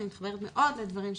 אני מתחברת מאוד לדברים שנאמרו,